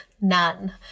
None